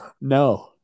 No